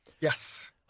Yes